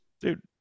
dude